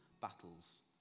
battles